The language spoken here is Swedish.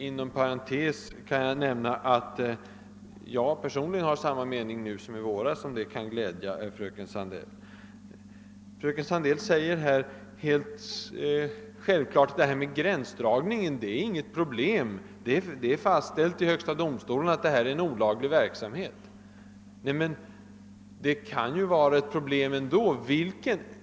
Inom parentes kan jag nämna att jag personligen har samma mening nu som i våras, om det kan glädja fröken Sandell. Fröken Sandell sade som en självklarhet att det där med gränsdragningen inte var något problem; det är fastställt i högsta domstolen att detta är en olaglig verksamhet. Men det är nog ett problem ändå.